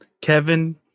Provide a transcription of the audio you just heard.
Kevin